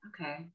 okay